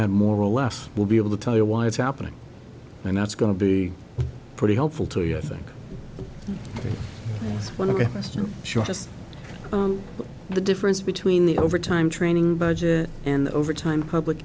have more or less we'll be able to tell you why it's happening and that's going to be pretty helpful to you i think it's one of us i'm sure just the difference between the overtime training budget and overtime public